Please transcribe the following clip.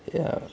ya